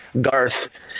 Garth